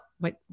wait